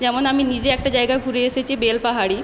যেমন আমি নিজে একটা জায়গা ঘুরে এসেছি বেলপাহাড়ি